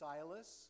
Silas